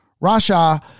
Russia